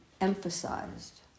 emphasized